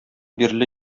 бирле